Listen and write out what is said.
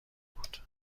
بود